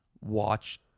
watch